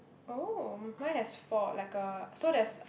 oh mine has four like a so there's